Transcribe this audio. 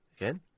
again